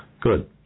Good